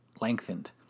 lengthened